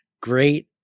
Great